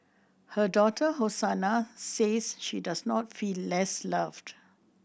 her daughter Hosanna says she does not feel less loved